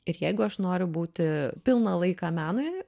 ir jeigu aš noriu būti pilną laiką menui